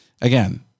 again